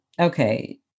okay